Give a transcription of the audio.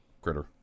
critter